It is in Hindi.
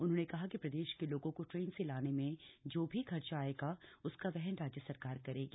उन्होंने कहा कि प्रदेश के लोगों को ट्रेन से लाने में जो भी खर्चा आएगा उसका वहन राज्य सरकार करेगी